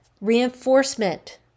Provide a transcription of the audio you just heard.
Reinforcement